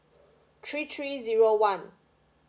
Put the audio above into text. three three zero one